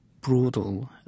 brutal